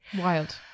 Wild